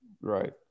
right